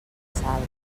salt